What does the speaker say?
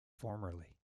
formerly